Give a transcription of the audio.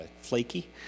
flaky